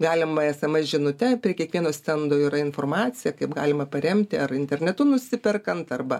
galima esemes žinute prie kiekvieno stendo yra informacija kaip galima paremti ar internetu nusiperkant arba